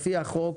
לפי החוק,